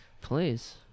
please